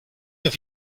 have